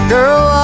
Girl